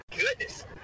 goodness